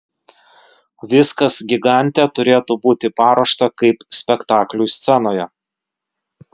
viskas gigante turėtų būti paruošta kaip spektakliui scenoje